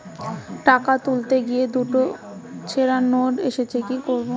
টাকা তুলতে গিয়ে দুটো ছেড়া নোট এসেছে কি করবো?